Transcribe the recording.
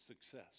Success